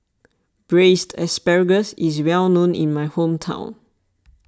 Braised Asparagus is well known in my hometown